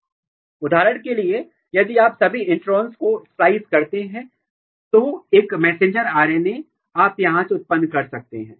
उदाहरण के लिए यदि आप सभी इंट्रोन्स को स्पलाइस करते हैं तो एक मैसेंजर आरएनए आप यहां से उत्पन्न कर सकते हैं